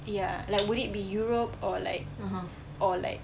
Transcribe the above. ya like would it be europe or like or like